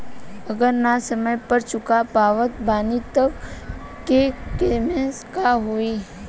अगर ना समय पर चुका पावत बानी तब के केसमे का होई?